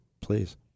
Please